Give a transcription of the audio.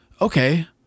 Okay